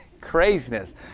Craziness